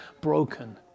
broken